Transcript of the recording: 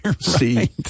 see